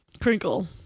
Crinkle